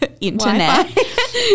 internet